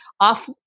off